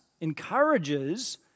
encourages